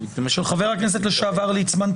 של חבר הכנסת לשעבר ליצמן,